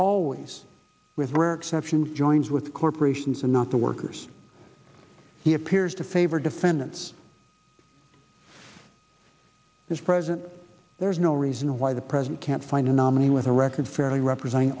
always with rare exceptions joins with corporations and not the workers he appears to favor defendants this president there's no reason why the president can't find a nominee with a record fairly representing